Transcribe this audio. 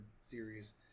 series